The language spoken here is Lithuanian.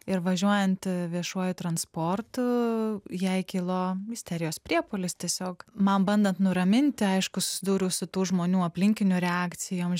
ir važiuojant viešuoju transportu jai kilo isterijos priepuolis tiesiog man bandant nuraminti aišku susidūriau su tų žmonių aplinkinių reakcijom